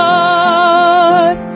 Lord